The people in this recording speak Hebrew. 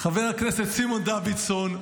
חבר הכנסת סימון דוידסון,